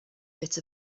bit